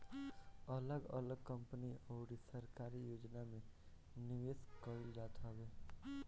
अगल अलग कंपनी अउरी सरकारी योजना में निवेश कईल जात हवे